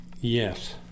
Yes